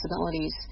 possibilities